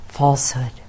falsehood